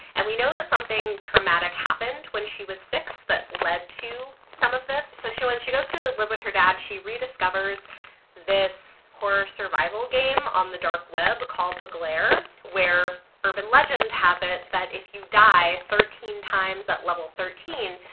and we know that something traumatic happened when she was six that led to some of this. so she when she goes to live with her dad, she rediscovers this horror survival game on the dark web called the glare, where urban legend has it that if you die thirteen times at level thirteen,